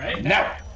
now